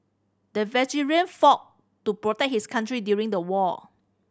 the veteran fought to protect his country during the war